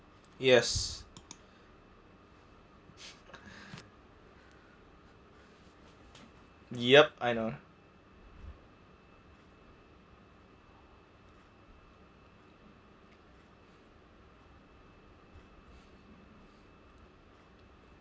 yes yup I know